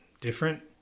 different